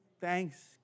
Thanks